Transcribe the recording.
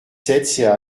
sept